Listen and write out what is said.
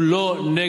לא, אין.